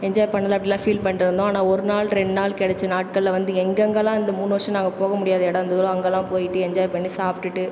enjoy பண்ணல அப்படின்லா feel பண்ணிட்டு இருந்தோம் ஆனால் ஒரு நாள் ரெண்டு நாள் கிடச்ச நாட்களை வந்து எங்கெங்கெல்லாம் இந்த மூணு வருஷம் நாங்கள் போக முடியாத இடம் இருந்ததோ அங்கெல்லாம் போயிவிட்டு என்ஜாய் பண்ணி சாப்பிடுட்டு